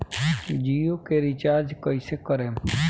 जियो के रीचार्ज कैसे करेम?